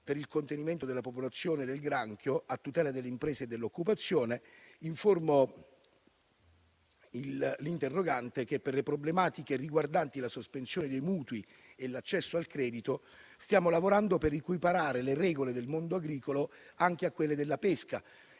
per il contenimento della popolazione del granchio a tutela delle imprese e dell'occupazione, informo l'interrogante che per le problematiche riguardanti la sospensione dei mutui e l'accesso al credito stiamo lavorando per equiparare le regole del mondo agricolo anche a quelle della pesca.